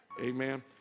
Amen